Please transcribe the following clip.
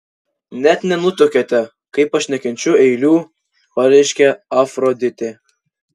net nenutuokiate kaip aš nekenčiu eilių pareiškė afroditė